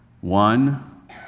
one